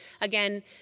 again